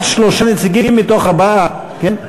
עד שלושה נציגים מתוך ארבעה, כן?